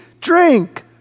drink